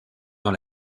dans